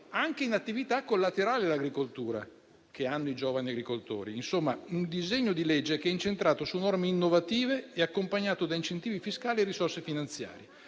anche in attività collaterali all'agricoltura. Insomma, il disegno di legge è incentrato su norme innovative e accompagnato da incentivi fiscali e risorse finanziarie.